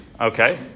Okay